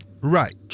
Right